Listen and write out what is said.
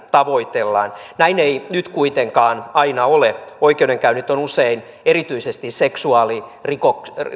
tavoitellaan näin ei nyt kuitenkaan aina ole oikeudenkäynnit ovat usein erityisesti seksuaalirikoksien